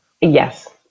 Yes